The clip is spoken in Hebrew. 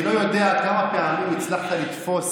אני לא יודע כמה פעמים הצלחת לתפוס